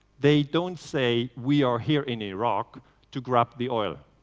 they don't say, we are here in iraq to grab the oil.